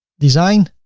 design